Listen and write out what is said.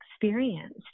experienced